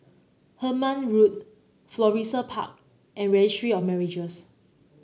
Hemmant Road Florissa Park and Registry of Marriages